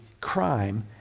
crime